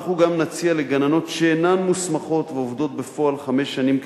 אנחנו גם נציע לגננות שאינן מוסמכות ועובדות בפועל חמש שנים כגננות,